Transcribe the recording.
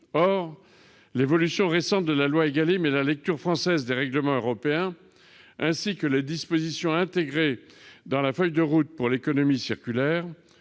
L'évolution récente de la loi Égalim et la lecture française des règlements européens ainsi que les dispositions intégrées dans la feuille de route pour l'économie circulaire